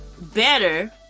better